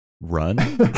run